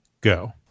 go